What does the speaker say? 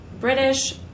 british